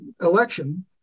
election